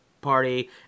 party